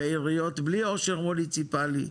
ועיריות בלי עושר מוניציפלי,